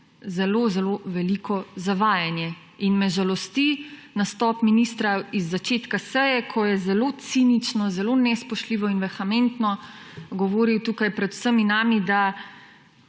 zelo zelo veliko zavajanje. In me žalosti nastop ministra iz začetka seje, ko je zelo cinično, zelo nespoštljivo in vehementno govoril tukaj pred vsemi nami, da